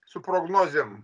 su prognozėm